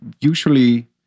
usually